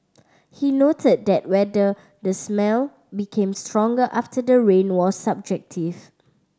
he noted that whether the smell became stronger after the rain was subjective